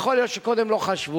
יכול להיות שקודם לא חשבו.